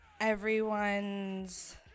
everyone's